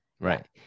Right